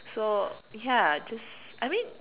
so ya just I mean